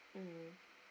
mm